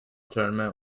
tournament